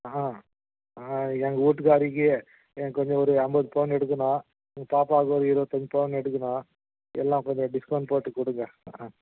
ஆ ஆ எங்க ஊட்டுக்காரிக்கி எனக்கு வந்து ஒரு ஐம்பது பவுன்னு எடுக்கணும் பாப்பாவுக்கு ஒரு இருபத்தஞ்சி பவுன்னு எடுக்கணும் எல்லாம் கொஞ்சம் டிஸ்கௌண்ட் போட்டுக்குடுங்க ஆ